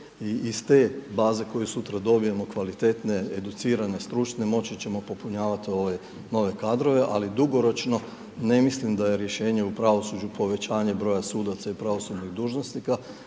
i iz te baze koju sutra dobijemo kvalitetne, educirane, stručne moći ćemo popunjavati ove nove kadrove ali dugoročno ne mislim da je rješenje u pravosuđu povećanje broja sudaca i pravosudnih dužnosnika,